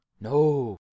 No